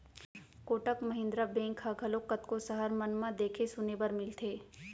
Kotak Mahindra bank ह घलोक कतको सहर मन म देखे सुने बर मिलथे